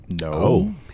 No